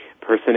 person